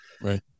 right